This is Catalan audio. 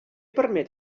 permet